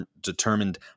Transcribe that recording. determined